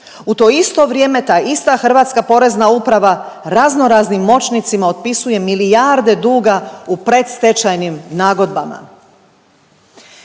u to isto vrijeme ta ista hrvatska Porezna uprava raznoraznim moćnicima otpisuje milijarde duga u predstečajnim nagodbama.